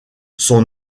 son